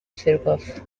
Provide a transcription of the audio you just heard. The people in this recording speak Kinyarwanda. ferwafa